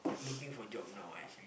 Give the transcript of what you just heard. looking for job now actually